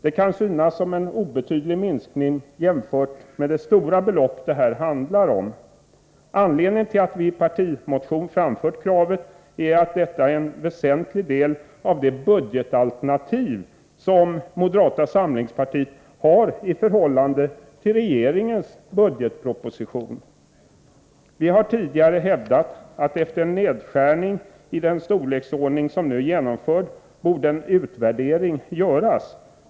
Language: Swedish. Det kan synas som en obetydlig minskning jämfört med de stora belopp det här handlar om. Anledningen till att vi en partimotion framfört kravet är att detta är en väsentlig del av det budgetalternativ moderata samlingspartiet har till regeringens budgetproposition. Vi har tidigare hävdat att det efter en nedskärning i den storleksordning som nu är genomförd borde göras en utvärdering.